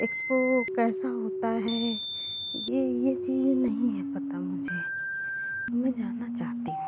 expo कैसा होता है ये ये चीज़ें नहीं है पता मुझे मैं जानना चाहती हूँ